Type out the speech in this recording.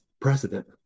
President